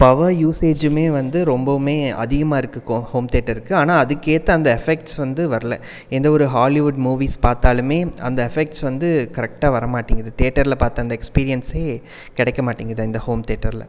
power யூசேஜுமே வந்து ரொம்பவுமே அதிகமாக இருக்கு ஹோம் தியேட்டருக்கு ஆனால் அதுக்கு ஏற்ற அந்த எஃபெக்ட்ஸ் வந்து வரல எந்த ஒரு ஹாலிவுட் மூவிஸ் பார்த்தாலுமே அந்த எஃபெக்ட்ஸ் வந்து கரெக்டாக வர மாட்டிங்கிது தேட்டரில் பார்த்த அந்த எக்ஸ்பிரியன்ஸே கிடைக்க மாட்டேங்கிது அந்த ஹோம் தேட்டரில்